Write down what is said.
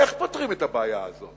איך פותרים את הבעיה הזאת,